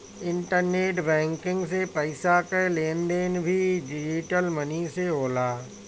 internet banking से पईसा कअ लेन देन भी डिजटल मनी से होला